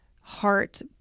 heart